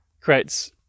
creates